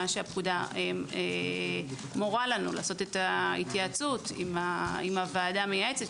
שהפקודה מורה לנו לעשות את ההתייעצות עם הוועדה המייעצת,